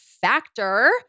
Factor